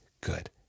good